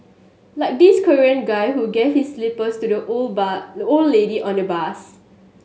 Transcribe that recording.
like this Korean guy who gave his slippers to the old the old lady on the bus